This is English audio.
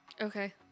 Okay